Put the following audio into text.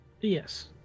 Yes